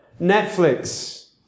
Netflix